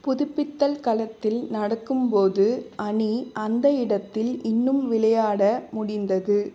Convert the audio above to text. புதுப்பித்தல் களத்தில் நடக்கும் போது அணி அந்த இடத்தில் இன்னும் விளையாட முடிந்தது